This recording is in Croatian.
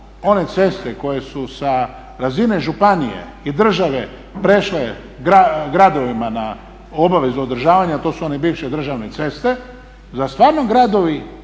one ceste koje su sa razine županije i države prešle gradovima na obavezu održavanja, to su one bivše državne ceste, zar stvarno gradovi